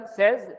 says